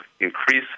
increase